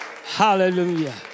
Hallelujah